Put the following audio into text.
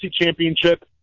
championship